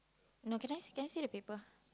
no can I can I see the paper